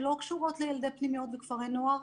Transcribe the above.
שלא קשורות לילדי פנימיות וכפרי נוער,